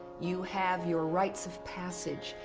you have your rites of passage.